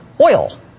oil